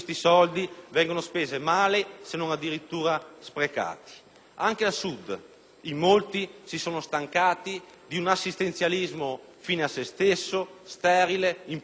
Anche al Sud, in molti si sono stancati di un assistenzialismo fine a se stesso, sterile, improduttivo, che in tanti anni non ha cambiato le cose.